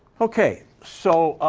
okay. so,